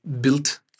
built